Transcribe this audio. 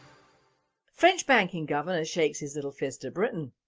french banking governor shakes his little fist at britain.